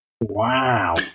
Wow